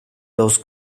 los